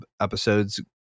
episodes